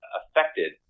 affected